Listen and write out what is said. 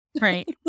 right